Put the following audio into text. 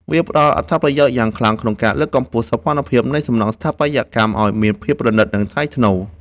វាផ្ដល់អត្ថប្រយោជន៍យ៉ាងខ្លាំងក្នុងការលើកកម្ពស់សោភ័ណភាពនៃសំណង់ស្ថាបត្យកម្មឱ្យមានភាពប្រណីត និងថ្លៃថ្នូរ។